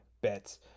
Bets